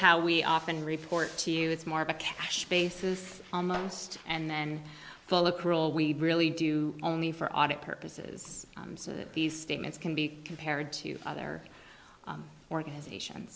how we often report to you it's more of a cash basis almost and then we really do only for audit purposes so that these statements can be compared to other organization